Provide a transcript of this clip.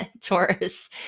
Taurus